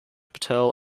patel